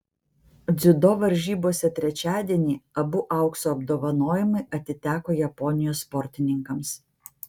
dziudo varžybose trečiadienį abu aukso apdovanojimai atiteko japonijos sportininkams